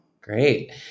Great